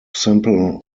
simple